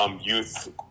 Youth